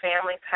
families